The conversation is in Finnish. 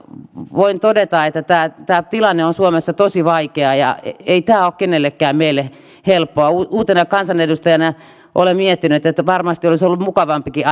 voin todeta että tämä tämä tilanne on suomessa tosi vaikea ja ei tämä ole kenellekään meistä helppoa uutena kansanedustajana olen miettinyt että varmasti olisi ollut mukavampikin